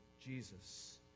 Jesus